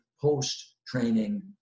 post-training